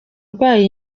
urwaye